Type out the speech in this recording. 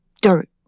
dirt